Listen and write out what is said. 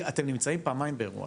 אתם נמצאים פעמיים באירוע.